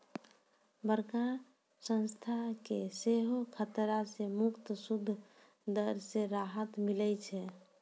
बड़का संस्था के सेहो खतरा से मुक्त सूद दर से राहत मिलै छै